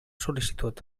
sol·licitud